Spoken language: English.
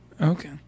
Okay